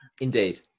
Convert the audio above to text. Indeed